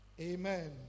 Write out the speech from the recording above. Amen